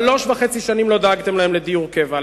שלוש שנים וחצי לא דאגתם להם לדיור קבע,